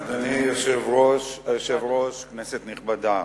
אדוני היושב-ראש, כנסת נכבדה,